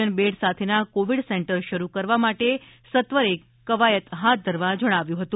જન બેડ સાથેના Covid centre શરૂ કરવા માટે સત્વિરે કવાયત હાથ ધરવા જણાવ્યુંપ હતું